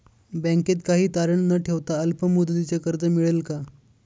बँकेत काही तारण न ठेवता अल्प मुदतीचे कर्ज मिळेल का?